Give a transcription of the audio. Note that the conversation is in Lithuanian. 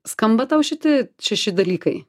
skamba tau šiti šeši dalykai